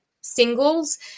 singles